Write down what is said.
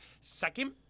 Second